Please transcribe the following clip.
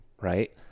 right